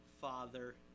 father